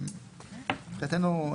שמבחינתנו,